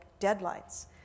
deadlines